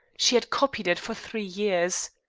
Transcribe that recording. she had copied it for three years.